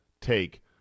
take